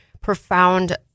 profound